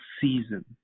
season